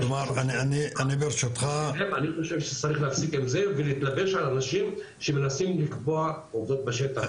ולהתלבש על אנשים שמנסים לקבוע עובדות בשטח.